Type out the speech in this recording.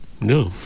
No